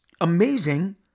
amazing